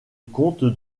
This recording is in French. compte